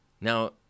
Now